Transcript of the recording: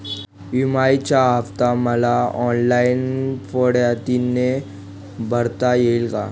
विम्याचा हफ्ता मला ऑनलाईन पद्धतीने भरता येईल का?